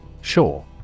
Sure